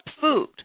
food